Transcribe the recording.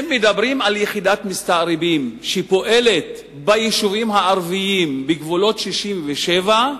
אם מדברים על יחידת מסתערבים שפועלת ביישובים הערביים בגבולות 67',